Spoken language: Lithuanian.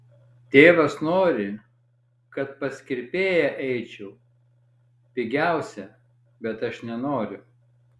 tėvas nori kad pas kirpėją eičiau pigiausia bet aš nenoriu